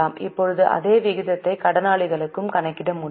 இப்போது அதே விகிதத்தை கடனாளிகளுக்கும் கணக்கிட முடியும்